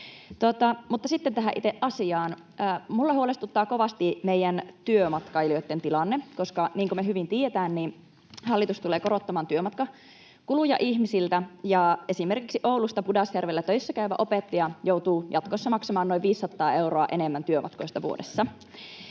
Mutta sitten tähän itse asiaan. Minua huolestuttaa kovasti meidän työmatkailijoidemme tilanne, koska niin kuin me hyvin tiedetään, hallitus tulee korottamaan työmatkakuluja ihmisiltä, ja esimerkiksi Oulusta Pudasjärvellä töissä käyvä opettaja joutuu jatkossa maksamaan noin 500 euroa enemmän työmatkoista vuodessa.